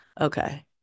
Okay